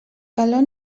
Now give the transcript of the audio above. calor